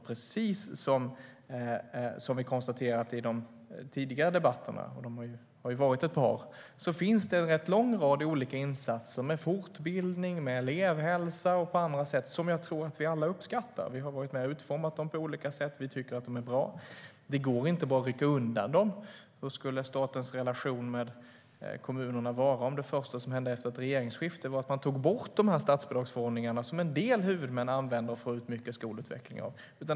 Precis som vi konstaterat i de tidigare debatterna - det har ju varit ett par - finns det en rätt lång rad av olika insatser i form av fortbildning, elevhälsa och annat som jag tror att vi alla uppskattar. Vi har varit med och utformat dem på olika sätt och tycker att de är bra. Det går inte att bara rycka undan dem. Hur skulle statens relation med kommunerna vara om det första som hände efter ett regeringsskifte var att man tog bort de statbidragsförordningar som en del huvudmän använder för att få ut mycket skolutveckling av?